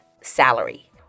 salary